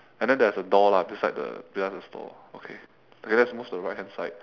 and then there's a door lah beside the beside the stall okay okay let's move to the right hand side